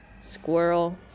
squirrel